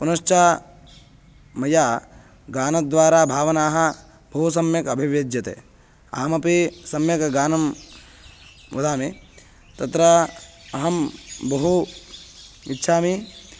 पुनश्च मया गानद्वारा भावनाः बहु सम्यक् अभिव्यज्यते अहमपि सम्यक् गानं वदामि तत्रा अहं बहु इच्छामि